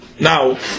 Now